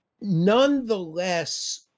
nonetheless